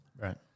Right